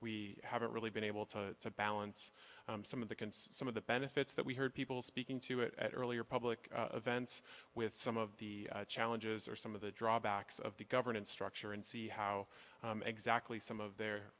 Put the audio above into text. we haven't really been able to balance some of the can some of the benefits that we heard people speaking to it at earlier public events with some of the challenges or some of the drawbacks of the governance structure and see how exactly some of their